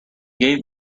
gave